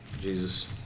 Jesus